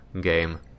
game